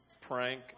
prank